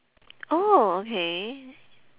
oh okay